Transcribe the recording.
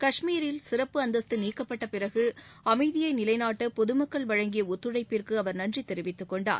காஷ்மீரில் சிறப்பு அந்தஸ்து நீக்கப்பட்ட பிறகு அமைதியை நிலைநாட்ட பொதுமக்கள் வழங்கிய ஒத்துழைப்பிற்கு அவர் நன்றி தெரிவித்துகொண்டார்